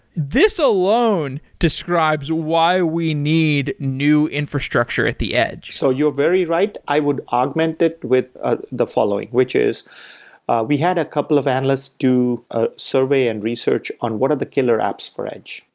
this alone describes why we need new infrastructure at the edge. so you're very right. i would augment it with ah the following, which is we had a couple of analysts do ah survey and research on what are the killer apps for edge,